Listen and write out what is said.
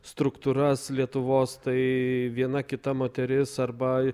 struktūras lietuvos tai viena kita moteris arba